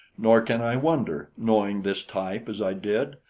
nor can i wonder, knowing this type as i did,